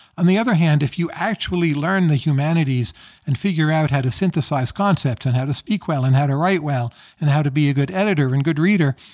on the other hand, if you actually learn the humanities and figure out how to synthesize concepts and how to speak well and how to write well and how to be a good editor and good reader,